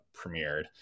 premiered